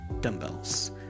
dumbbells